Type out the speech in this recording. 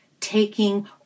taking